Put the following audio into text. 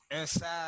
inside